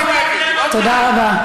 תודה רבה.